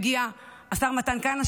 מגיע השר מתן כהנא,